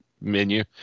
menu